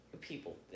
people